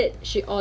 okay